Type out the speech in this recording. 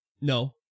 no